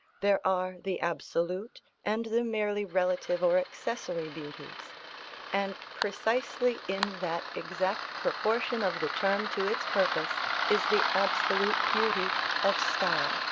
there are the absolute and the merely relative or accessory beauties and precisely in that exact proportion of the term to its purpose is the absolute beauty of style,